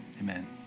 amen